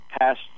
past